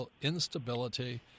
Instability